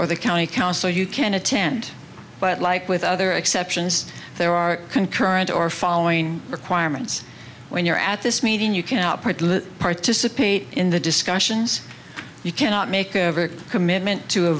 or the county council you can attend but like with other exceptions there are concurrent or following requirements when you're at this meeting you cannot participate in the discussions you cannot make a commitment to